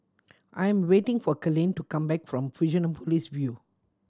I am waiting for Kalene to come back from Fusionopolis View